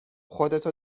خودتو